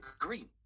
agree